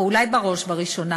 או אולי בראש ובראשונה,